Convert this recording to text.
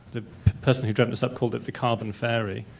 the person who dreamt this up called it the carbon fairy,